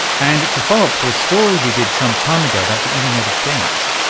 and it's a follow-up to a story we did some time ago about the internet of things.